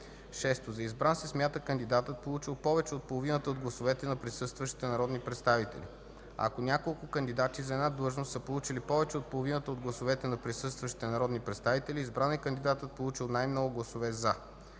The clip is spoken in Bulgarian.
6. За избран се смята кандидатът, получил повече от половината от гласовете на присъстващите народни представители. Ако няколко кандидати за една длъжност са получили повече от половината от гласовете на присъстващите народни представители, избран е кандидатът, получил най-много гласове „за”.